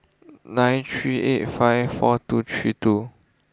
nine three eight five four two three two